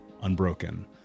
unbroken